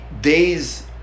days